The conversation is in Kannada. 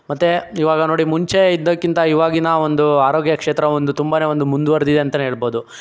ಮತ್ತೆ ಈವಾಗ ನೋಡಿ ಮುಂಚೆ ಇದ್ದಕ್ಕಿಂತ ಈವಾಗಿನ ಒಂದು ಆರೋಗ್ಯ ಕ್ಷೇತ್ರ ಒಂದು ತುಂಬನೇ ಒಂದು ಮುಂದುವರಿದಿದೆ ಅಂತಲೇ ಹೇಳ್ಬೋದು